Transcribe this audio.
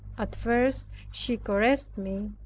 at first she caressed me,